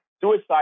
Suicide